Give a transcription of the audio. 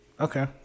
Okay